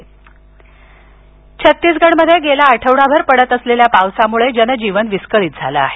छत्तीसगड पाऊस छत्तीसगडमध्ये गेला आठवडाभर पडत असलेल्या पावसामुळ जनजीवन विस्कळीत झालं आहे